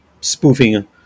spoofing